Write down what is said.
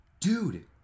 Dude